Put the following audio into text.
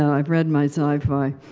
i've read my sci-fi.